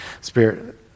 Spirit